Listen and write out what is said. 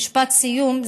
משפט סיום,